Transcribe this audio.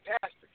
pastors